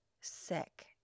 sick